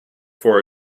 for